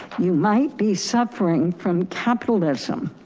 you might be suffering from capitalism.